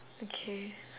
okay